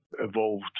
evolved